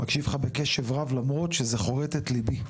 מקשיב לך בקשב רב, למרות שזה חורט את ליבי.